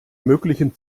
möglichen